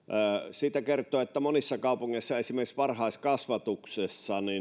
siitä kertoo se että monissa kaupungeissa esimerkiksi varhaiskasvatuksessa